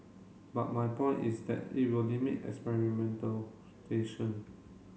but my point is that it will limit experimental